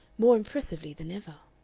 more impressively than ever.